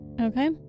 Okay